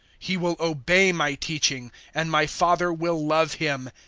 he will obey my teaching and my father will love him,